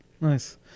nice